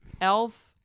Elf